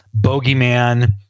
bogeyman